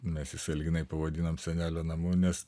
mes jį sąlyginai pavadinom senelio namu nes